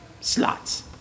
slots